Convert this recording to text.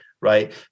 right